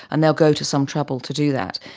and they'll go to some trouble to do that.